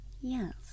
yes